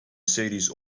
series